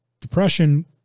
Depression